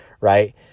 right